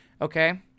okay